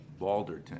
Balderton